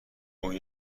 اون